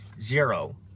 zero